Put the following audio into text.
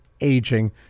Aging